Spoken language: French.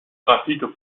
graphiques